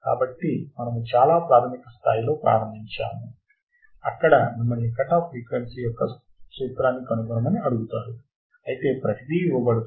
కాబట్టి మనము చాలా ప్రాధమిక స్థాయిలో ప్రారంభించాము అక్కడ మిమ్మల్ని కట్ ఆఫ్ ఫ్రీక్వెన్సీ యొక్క సూత్రాన్ని కనుగొనమని అడుగుతారు అయితే ప్రతిదీ ఇవ్వబడుతుంది